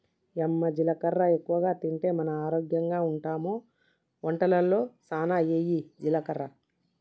యమ్మ జీలకర్ర ఎక్కువగా తింటే మనం ఆరోగ్యంగా ఉంటామె వంటలలో సానా వెయ్యి జీలకర్ర